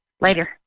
Later